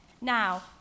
Now